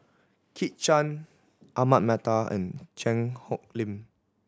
Kit Chan Ahmad Mattar and Cheang Hong Lim